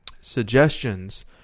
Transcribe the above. suggestions